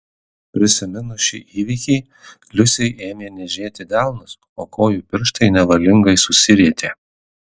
prisiminus šį įvykį liusei ėmė niežėti delnus o kojų pirštai nevalingai susirietė